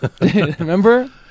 Remember